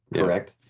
correct?